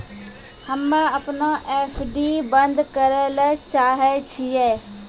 हम्मे अपनो एफ.डी बन्द करै ले चाहै छियै